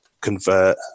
convert